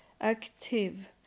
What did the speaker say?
active